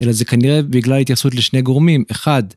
אלא זה כנראה בגלל התייחסות לשני גורמים, אחד.